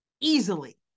easily